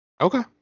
Okay